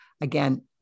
again